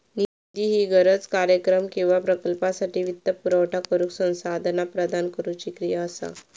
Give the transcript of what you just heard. निधी ही गरज, कार्यक्रम किंवा प्रकल्पासाठी वित्तपुरवठा करुक संसाधना प्रदान करुची क्रिया असा